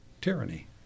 tyranny